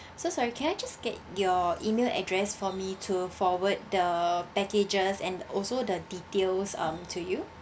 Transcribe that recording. so sorry can I just get your email address for me to forward the packages and also the details um to you